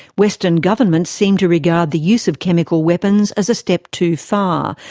western governments seem to regard the use of chemical weapons as a step too far,